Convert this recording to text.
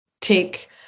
take